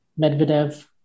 Medvedev